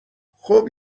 خوب